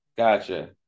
Gotcha